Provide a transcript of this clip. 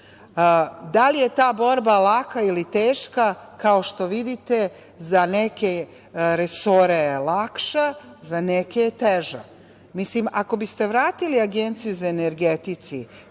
Da li je ta borba laka ili teška, kao što vidite, za neke resore je lakša, za neke je teža. Ako biste vratili Agenciju za energetiku